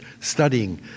studying